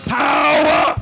power